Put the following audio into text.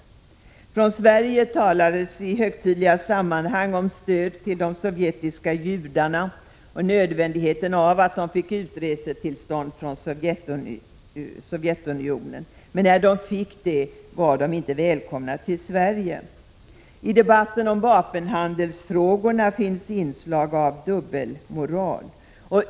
Från Sverige talades i högtidliga sammanhang om stöd till de sovjetiska judarna och nödvändigheten av att de fick utresetillstånd från Sovjetunionen. Men när de fick det var de inte välkomna till Sverige. I debatten om vapenhandelsfrågorna finns inslag av dubbelmoral.